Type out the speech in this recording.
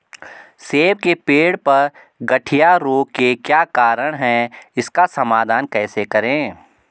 सेब के पेड़ पर गढ़िया रोग के क्या कारण हैं इसका समाधान कैसे करें?